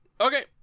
Okay